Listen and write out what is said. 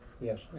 Yes